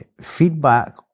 feedback